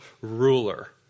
ruler